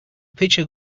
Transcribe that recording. pitcher